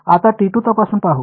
आता तपासून पाहू